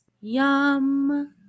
Yum